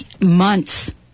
months